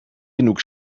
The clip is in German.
genug